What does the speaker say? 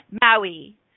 Maui